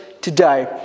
today